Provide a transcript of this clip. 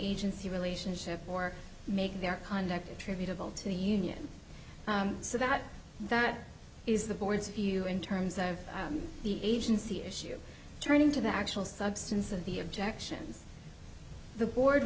agency relationship or make their conduct attributable to the union so that that is the board's view in terms of the agency issue turning to the actual substance of the objections the board